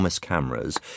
cameras